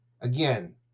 Again